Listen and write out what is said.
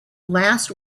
last